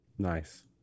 Nice